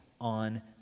on